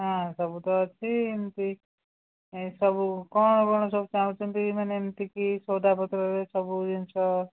ହଁ ସବୁ ତ ଅଛି ଏମତି ସବୁ କ'ଣ କ'ଣ ସବୁ ଚାହୁଁଛନ୍ତି ମାନେ ଏମତିକି ସଉଦା ପତ୍ରରେ ସବୁ ଜିନିଷ